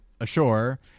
ashore